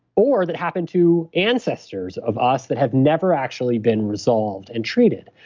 or that happened to ancestors of us that have never actually been resolved and treated.